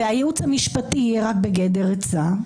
והייעוץ המשפטי יהיה רק בגדר עצה,